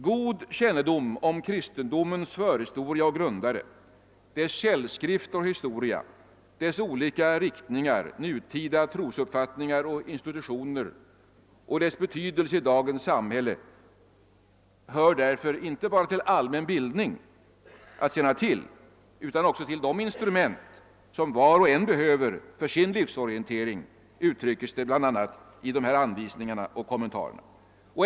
God kännedom om kristendomens förhistoria och grundare, dess källskrifter och historia, dess olika riktningar, nutida trosuppfattningar och institutioner och dess betydelse i dagens samhälle hör därför inte bara till allmän bildning att känna till utan också till de instrument som var och en behöver för sin livsorientering, uttryckes det bl.a. i dessa anvisningar och kommentarer.